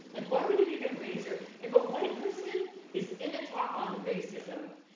like why would you even raise your, if a white person is in a talk on racism,